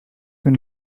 been